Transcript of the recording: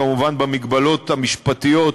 כמובן במגבלות המשפטיות,